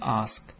ask